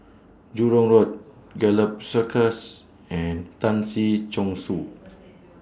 Jurong Road Gallop Circus and Tan Si Chong Su